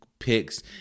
picks